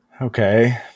Okay